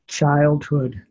childhood